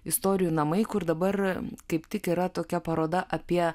istorijų namai kur dabar kaip tik yra tokia paroda apie